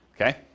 Okay